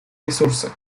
ресурсы